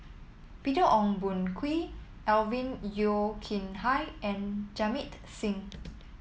Peter Ong Boon Kwee Alvin Yeo Khirn Hai and Jamit Singh